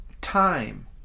time